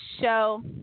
show